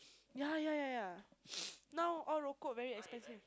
ya ya ya ya now all very expensive